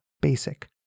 basic